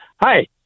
Hi